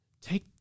take